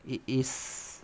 it is